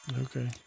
Okay